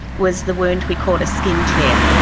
was the wound we call a skin tear.